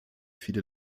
viele